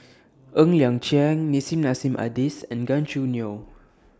Ng Liang Chiang Nissim Nassim Adis and Gan Choo Neo